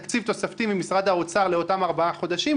ממשרד האוצר לאותם ארבעה חודשים,